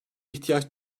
ihtiyaç